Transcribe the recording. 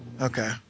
Okay